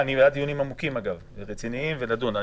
אני בעד דיונים עמוקים ורציניים אבל אני